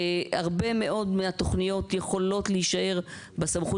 הרבה מאוד מהתכניות יכולות להישאר בסמכות